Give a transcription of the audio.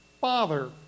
father